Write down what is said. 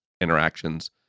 interactions